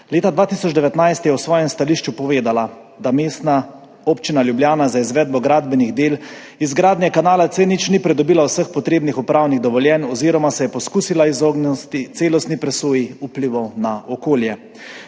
Leta 2019 je v svojem stališču povedala, da Mestna občina Ljubljana za izvedbo gradbenih del izgradnje kanala C0 ni pridobila vseh potrebnih upravnih dovoljenj oziroma se je poskusila izogniti celostni presoji vplivov na okolje,